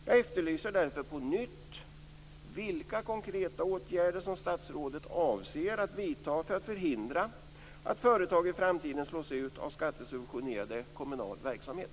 Jag efterlyser därför på nytt vilka konkreta åtgärder som statsrådet avser att vidta för att förhindra att företag i framtiden slås ut av skattesubventionerad kommunal verksamhet.